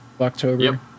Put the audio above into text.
october